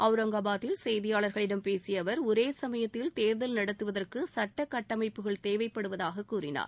அவுரங்காபாதில் செய்தியாளர்களிடம் பேசிய அவர் ஒரே சமயத்தில் தேர்தல் நடத்துவதற்கு சுட்டகட்டமைப்புகள் தேவைப்படுவதாக கூறினார்